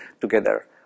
together